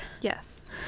Yes